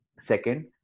Second